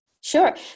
Sure